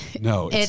No